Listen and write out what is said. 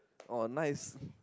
oh nice